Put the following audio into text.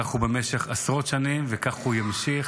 כך הוא במשך עשרות שנים וכך הוא ימשיך,